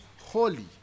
holy